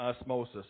osmosis